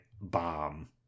bomb